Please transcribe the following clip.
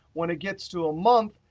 when it gets to a month,